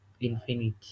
Infinity